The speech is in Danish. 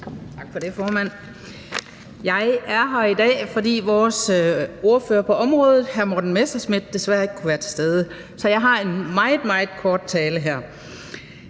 Jeg er her i dag, fordi vores ordfører på området, hr. Morten Messerschmidt, desværre ikke kunne være til stede, så jeg har en meget, meget kort tale her.